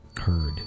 heard